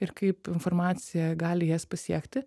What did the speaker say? ir kaip informacija gali jas pasiekti